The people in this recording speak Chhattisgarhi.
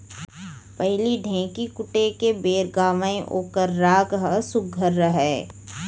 पहिली ढ़ेंकी कूटे के बेर गावयँ ओकर राग ह सुग्घर रहय